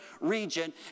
region